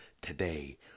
today